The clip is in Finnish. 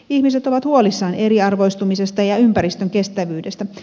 ihmiset ovat huolissaan eriarvoistumisesta ja ympäristön kestävyydestä